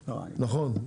נכון,